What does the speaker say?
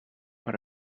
per